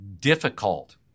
difficult